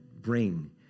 bring